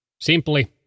simply